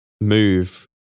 move